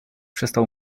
przestał